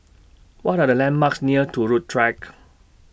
What Are The landmarks near Turut Track